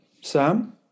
Sam